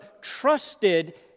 trusted